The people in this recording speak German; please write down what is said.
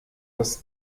das